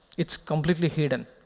it's completely hidden.